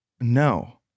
no